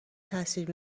تاثیر